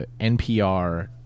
npr